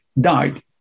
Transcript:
died